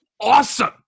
awesome